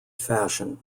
fashion